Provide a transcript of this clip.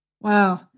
Wow